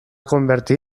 convertir